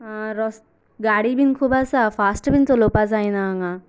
आं रस्त गाडी बी खूब आसा गाडी फास्ट चलोवपाक जायना हांगा